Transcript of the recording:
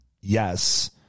yes